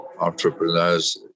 entrepreneurs